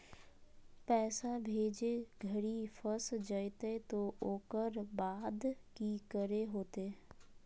पैसा भेजे घरी फस जयते तो ओकर बाद की करे होते?